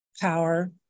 power